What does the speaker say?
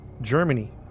Germany